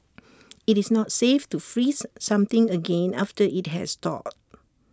IT is not safe to freeze something again after IT has thawed